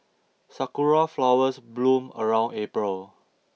sakura flowers bloom around April